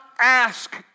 ask